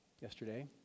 yesterday